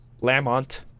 Lamont